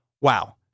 Wow